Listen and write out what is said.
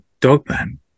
dogman